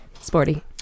Sporty